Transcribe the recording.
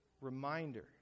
reminder